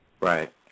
Right